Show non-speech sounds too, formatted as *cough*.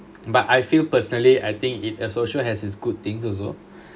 but I feel personally I think in a social has its good things also *breath*